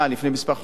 לפני כמה חודשים,